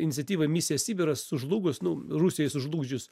iniciatyvai misija sibiras sužlugus nu rusijai sužlugdžius